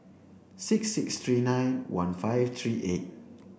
six six three nine one five three eight